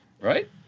right